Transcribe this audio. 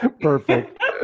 Perfect